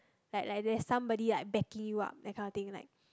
like like there's somebody like backing you up that kind of thing like